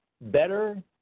better